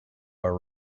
are